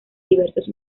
diversos